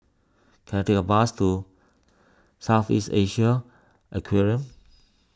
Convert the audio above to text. can I take a bus to South East Asian Aquarium